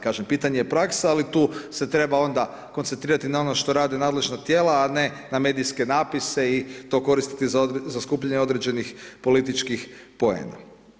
Kažem, pitanje je praksa, ali tu se treba onda koncentrirati na ono što rade nadležna tijela, a ne na medijske natpise i to koristiti za skupljanje određenih političkih poena.